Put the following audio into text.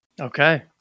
Okay